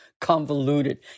convoluted